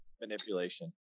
Manipulation